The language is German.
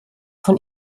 von